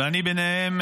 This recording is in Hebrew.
ואני בהם,